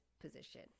position